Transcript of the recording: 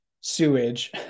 sewage